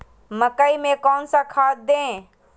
मकई में कौन सा खाद दे?